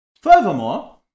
Furthermore